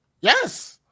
Yes